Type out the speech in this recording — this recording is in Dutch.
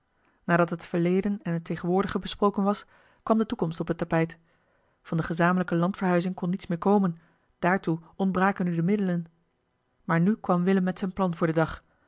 nadat het verleden en het tegenwoordige besproken was kwam de toekomst op het tapijt van de gezamenlijke landverhuizing kon niets meer komen daartoe ontbraken nu de middelen maar nu kwam willem met zijn plan voor den dag